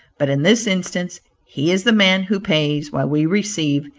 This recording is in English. but in this instance he is the man who pays, while we receive,